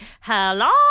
hello